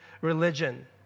religion